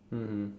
mmhmm